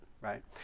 right